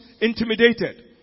intimidated